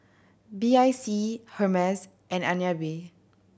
B I C Hermes and B